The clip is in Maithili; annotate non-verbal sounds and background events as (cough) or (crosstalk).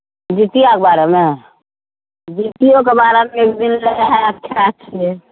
जितिआके बारेमे जितिओके बारेमे (unintelligible)